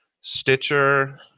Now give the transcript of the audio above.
Stitcher